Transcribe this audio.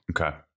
Okay